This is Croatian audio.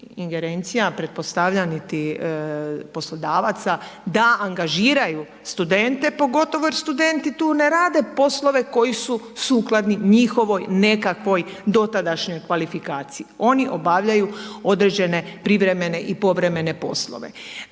ingerencija, pretpostavljam niti poslodavaca da angažiraju studente, pogotovo jer studenti tu ne rade poslove koji su sukladni njihovoj nekakvoj dotadašnjoj kvalifikaciji. Oni obavljaju određene privremene i povremene poslove.